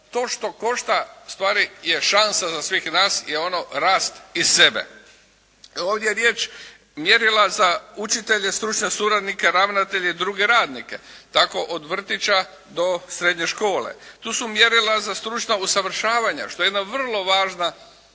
to što košta je ustvari šansa za sve nas i ono rast i sebe. Ovdje je riječ mjerila za učitelje, stručne suradnike, ravnatelje i druge radnike, tako od vrtića do srednje škole. Tu su mjerila za stručna usavršavanja što je jedna vrlo važna